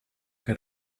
que